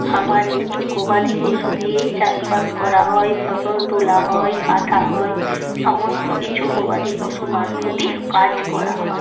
খামারে গবাদি পশু দিয়েই চাষবাস করা হয় ফসল তোলা হয় কাটা হয় সমস্ত কিছু গবাদি পশু মারফৎই কাজ করা হয়